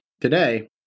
Today